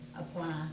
apply